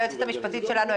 ליועצת המשפטית שלנו,